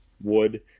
wood